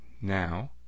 now